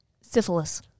Syphilis